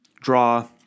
draw